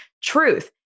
truth